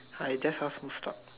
I just ask full stop